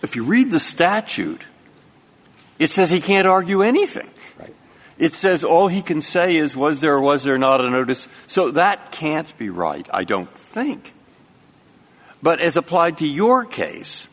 if you read the statute it says he can't argue anything it says all he can say is was there or was there not a notice so that can't be right i don't think but as applied to your case